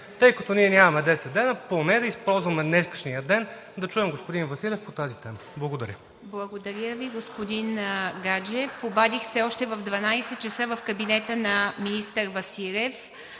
Тъй като ние нямаме 10 дена, поне да използваме днешния ден да чуем господин Василев по тази тема. Благодаря. ПРЕДСЕДАТЕЛ ИВА МИТЕВА: Благодаря Ви, господин Гаджев. Обадих се още в 12,00 ч. в кабинета на министър Василев.